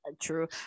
True